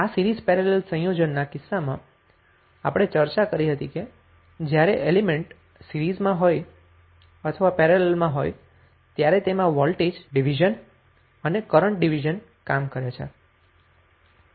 આ series parallel સંયોજનના કિસ્સામાં આપણે ચર્ચા કરી હતી કે જ્યારે એલીમેન્ટ સીરીઝ માં હોય અથવા પેરેલલમાં હોય ત્યારે તેમાં વોલ્ટેજ ડિવિઝન અને કરન્ટ ડિવિઝન કામ કરે છે